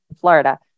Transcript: Florida